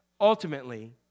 ultimately